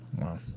Wow